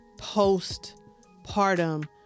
postpartum